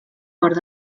port